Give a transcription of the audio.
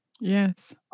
Yes